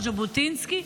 או ז'בוטינסקי,